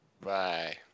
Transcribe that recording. Bye